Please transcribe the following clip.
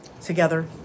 together